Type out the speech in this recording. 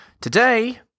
today